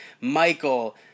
Michael